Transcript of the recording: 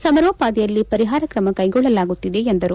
ಸಮಾರೋಪಾದಿಯಲ್ಲಿ ಪರಿಪಾರ ತ್ರಮ ಕೈಗೊಳ್ಳಲಾಗುತ್ತಿದೆ ಎಂದರು